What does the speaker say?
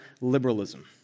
liberalism